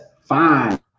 fine